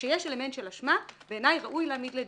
כשיש אלמנט של אשמה, בעיניי, ראוי להעמיד לדין.